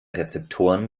rezeptoren